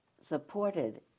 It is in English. supported